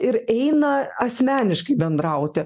ir eina asmeniškai bendrauti